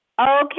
Okay